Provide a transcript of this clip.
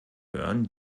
hören